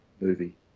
movie